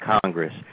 Congress